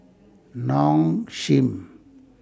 Nong Shim